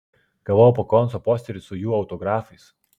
gavau po konco posterį su jų autografais